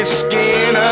skin